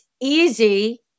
easy